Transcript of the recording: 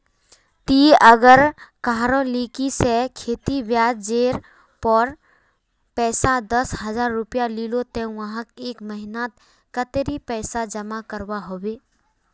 ती अगर कहारो लिकी से खेती ब्याज जेर पोर पैसा दस हजार रुपया लिलो ते वाहक एक महीना नात कतेरी पैसा जमा करवा होबे बे?